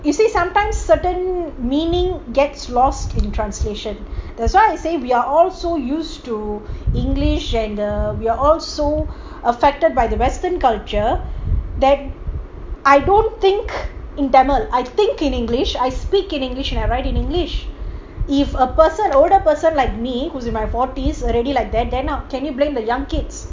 you see sometimes certain meaning gets lost in translation that's why I say we are all so used to english and ugh we are also affected by the western culture that I don't think in tamil I think in english I speak in english and I write in english if a person older person like me who's in my forties already like that then can you blame the young kids